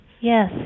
Yes